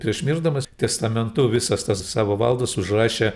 prieš mirdamas testamentu visas tas savo valdas užrašė